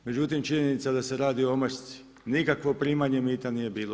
Međutim, činjenica da se radi o omašci, nikakvo primanje mita nije bilo.